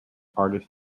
artist